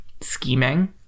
scheming